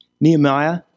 Nehemiah